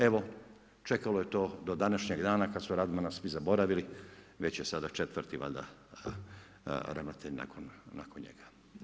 Evo čekalo je to do današnjeg dana kada su Radmana svi zaboravili već je sada četvrti valjda ravnatelj nakon njega.